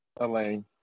elaine